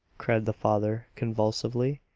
cried the father convulsively,